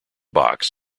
box